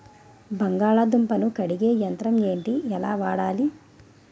బంగాళదుంప ను కడిగే యంత్రం ఏంటి? ఎలా వాడాలి?